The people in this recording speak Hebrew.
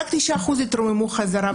רק 9% התרוממו חזרה,